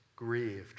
grieved